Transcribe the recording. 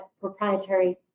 proprietary